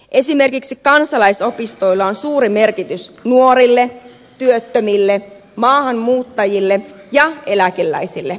esimerkiksi kansalaisopistoilla on suuri merkitys nuorille työttömille maahanmuuttajille ja eläkeläisille